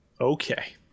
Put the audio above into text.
Okay